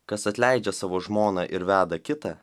kas atleidžia savo žmoną ir veda kitą